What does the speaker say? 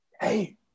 Hey